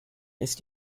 ist